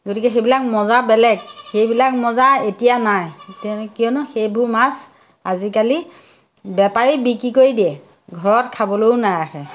গতিকে সেইবিলাক মজা বেলেগ সেইবিলাক মজা এতিয়া নাই কিয়নো সেইবোৰ মাছ আজিকালি বেপাৰীক বিক্ৰী কৰি দিয়ে ঘৰত খাবলৈও নাৰাখে